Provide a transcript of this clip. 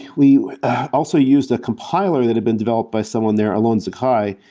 we also used a compiler that have been developed by someone there, alon zakai.